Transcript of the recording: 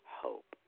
hope